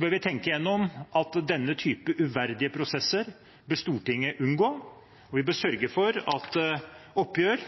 bør vi tenke igjennom at denne typen uverdige prosesser bør Stortinget unngå. Vi bør sørge for at oppgjør